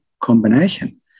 combination